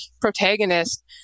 protagonist